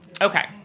Okay